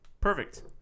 perfect